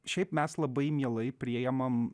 šiaip mes labai mielai priimam